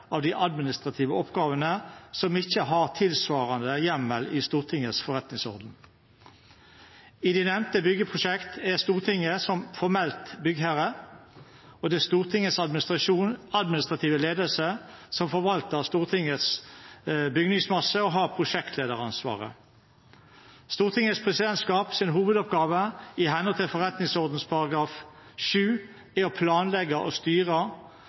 av de administrative oppgavene som ikke har tilsvarende hjemmel i Stortingets forretningsorden. I det nevnte byggeprosjekt er Stortinget formelt byggherre, og det er Stortingets administrative ledelse som forvalter Stortingets bygningsmasse og har prosjektlederansvaret. Stortingets presidentskaps hovedoppgave i henhold til forretningsordenens § 7 er å planlegge og styre